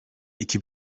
iki